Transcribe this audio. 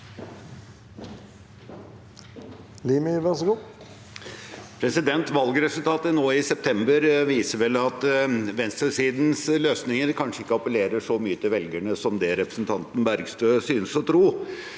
Valgresultatet nå i september viser vel at venstresidens løsninger kanskje ikke appellerer så mye til velgerne som det representanten Bergstø synes å tro.